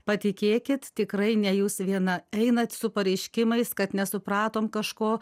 patikėkit tikrai ne jūs viena einat su pareiškimais kad nesupratom kažko